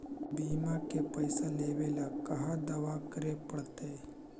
बिमा के पैसा लेबे ल कहा दावा करे पड़तै?